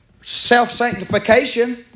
self-sanctification